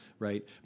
right